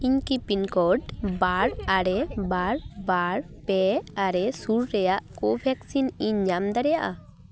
ᱤᱧ ᱠᱤ pin code ᱵᱟᱨ ᱟᱨᱮ ᱵᱟᱨ ᱵᱟᱨ ᱯᱮ ᱟᱨᱮ ᱥᱩᱨ ᱨᱮᱭᱟᱜ ᱠᱳᱵᱷᱮᱠᱥᱤᱱ ᱤᱧ ᱧᱟᱢ ᱫᱟᱲᱮᱭᱟᱜᱼᱟ